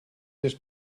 this